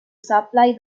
supply